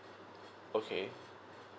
okay